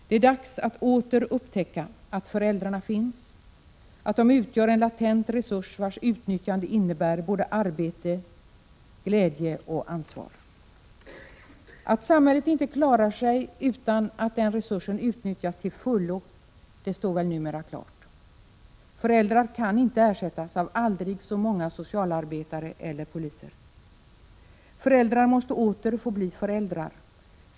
Det är dags att åter upptäcka att föräldrarna finns, att de utgör en latent resurs, vars utnyttjande innebär både arbete, glädje och ansvar. Att samhället inte klarar sig utan att den resursen utnyttjas till fullo står väl numera klart. Föräldrar kan inte ersättas av aldrig så många socialarbetare eller poliser. Föräldrar måste åter få bli föräldrar.